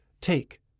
Take